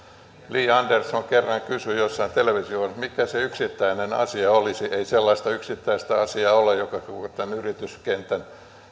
li andersson kerran kysyi jossain televisio ohjelmassa mikä se yksittäinen asia olisi ei sellaista yksittäistä asiaa ole joka tämän yrityskentän